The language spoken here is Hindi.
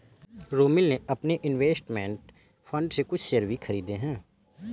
रोमिल ने अपने इन्वेस्टमेंट फण्ड से कुछ शेयर भी खरीदे है